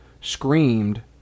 screamed